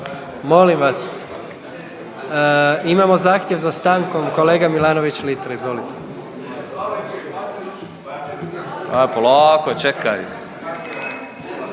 Molim vas, imamo zahtjev za stankom kolega Milanović Litre izvolite. … /Buka